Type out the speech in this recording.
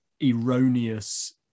erroneous